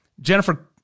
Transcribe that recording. Jennifer